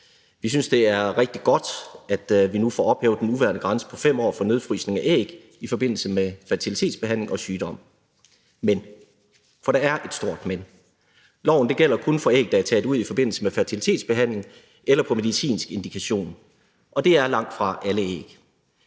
Vi synes, det er rigtig godt, at vi nu får ophævet den nuværende grænse på 5 år for nedfrysning af æg i forbindelse med fertilitetsbehandling og sygdom. Men – for der er et stort men – loven gælder jo kun for æg, der er taget ud i forbindelse med fertilitetsbehandling eller på medicinsk indikation, og det er langtfra alle æg.